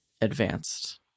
advanced